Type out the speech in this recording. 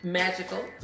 magical